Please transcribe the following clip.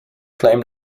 claim